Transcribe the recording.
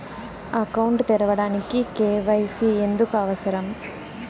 Account తెరవడానికి, KYC ఎందుకు అవసరం?